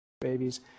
babies